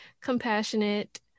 compassionate